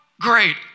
great